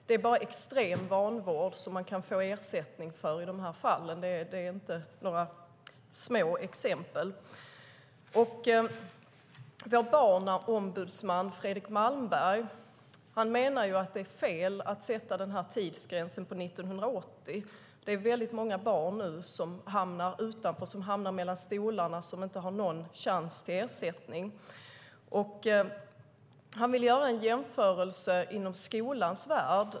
Det är bara för extrem vanvård som man kan få ersättning här. Det är inte några små exempel. Barnombudsman Fredrik Malmberg menar att det är fel att sätta tidsgränsen vid 1980. Det är många barn som hamnar mellan stolarna, som inte har någon chans till ersättning. Han vill göra en jämförelse inom skolans värld.